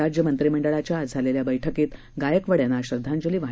राज्य मंत्रीमंडळाच्या आज झालेल्या बैठकीत गायकवाड यांना श्रद्धांजली वाहण्यात आली